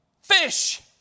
fish